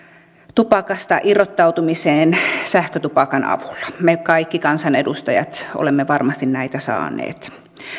tupakasta irrottautumisesta sähkötupakan avulla me kaikki kansanedustajat olemme varmasti näitä saaneet